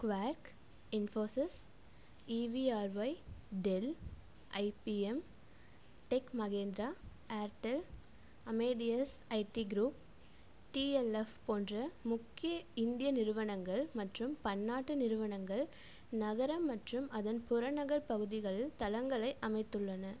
quack Infosys EVRY del IBM Tech Mahindra Airtel Amadeus ID group DLF போன்ற முக்கிய இந்திய நிறுவனங்கள் மற்றும் பன்னாட்டு நிறுவனங்கள் நகரம் மற்றும் அதன் புறநகர் பகுதிகளில் தளங்களை அமைத்துள்ளன